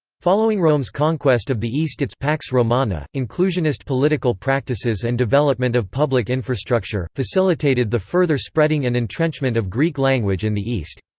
following rome's conquest of the east its pax romana, inclusionist political practices and development of public infrastructure, facilitated the further spreading and entrenchment of greek language in the east.